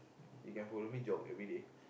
you can follow me jog everyday